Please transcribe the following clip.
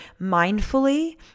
mindfully